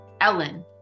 Ellen